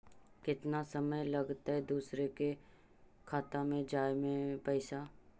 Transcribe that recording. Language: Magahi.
केतना समय लगतैय दुसर के खाता में जाय में पैसा?